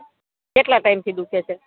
કેટલા ટાઈમથી દુઃખે છે